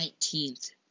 19th